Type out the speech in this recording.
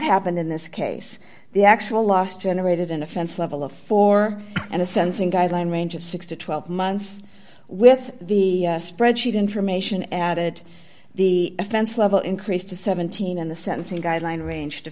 happened in this case the actual loss generated an offense level of four and a sense in guideline range of six to twelve months with the spreadsheet information added the offense level increased to seventeen and the sentencing guideline range to